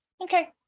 Okay